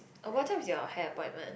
oh what time is your hair appointment